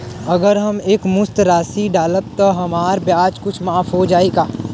अगर हम एक मुस्त राशी डालब त हमार ब्याज कुछ माफ हो जायी का?